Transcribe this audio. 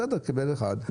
בסדר, קיבל אחד מן המאבזרים.